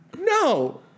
No